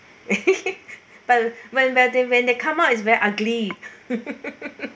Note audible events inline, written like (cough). (laughs) but when when they when they come out is very ugly (laughs)